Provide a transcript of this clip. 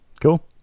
Cool